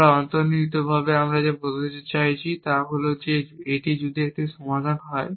এবং অন্তর্নিহিতভাবে আমরা যা বোঝাতে চাইছি তা হল যে এটি যদি একটি সমাধান হয়